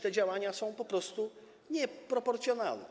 Te działania są po prostu nieproporcjonalne.